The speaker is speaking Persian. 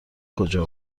کجا